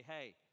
hey